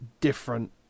different